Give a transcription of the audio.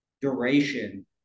duration